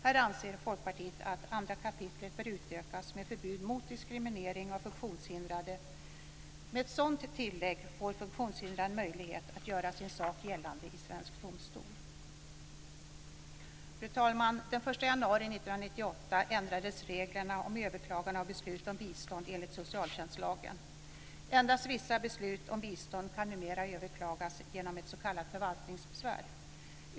Här anser Folkpartiet att 2 kap. bör utökas med förbund mot diskriminering av funktionshindrade. Med ett sådant tillägg får funktionshindrade möjlighet att göra sin sak gällande i svensk domstol. Fru talman! Den 1 januari 1998 ändrades reglerna om överklagande av beslut om bistånd enligt socialtjänstlagen. Endast vissa beslut om bistånd kan numera överklagas genom s.k. förvaltningsbesvär.